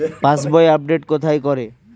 পাসবই update কোথায় করে?